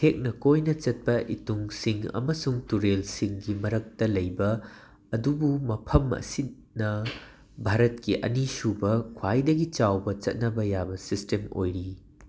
ꯊꯦꯛꯅ ꯀꯣꯏꯅ ꯆꯠꯄ ꯏꯇꯨꯡꯁꯤꯡ ꯑꯃꯁꯨꯡ ꯇꯨꯔꯦꯜꯁꯤꯡꯒꯤ ꯃꯔꯛꯇ ꯂꯩꯕ ꯑꯗꯨꯕꯨ ꯃꯐꯝ ꯑꯁꯤꯅ ꯚꯥꯔꯠꯀꯤ ꯑꯅꯤꯁꯨꯕ ꯈ꯭ꯋꯥꯏꯗꯒꯤ ꯆꯥꯎꯕ ꯆꯠꯅꯕ ꯌꯥꯕ ꯁꯤꯁꯇꯦꯝ ꯑꯣꯏꯔꯤ